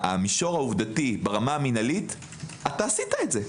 ברמה המינהלית - עשית את זה.